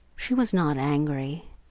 she was not angry,